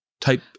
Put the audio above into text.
type